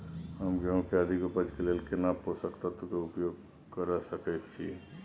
हम गेहूं के अधिक उपज के लेल केना पोषक तत्व के उपयोग करय सकेत छी?